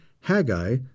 Haggai